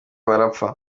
barapfa